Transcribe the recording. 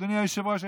אדוני היושב-ראש,